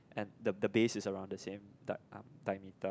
and the the base is around the same dia~ um diameter